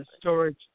storage